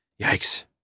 Yikes